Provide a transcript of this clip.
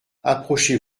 approchez